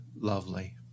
lovely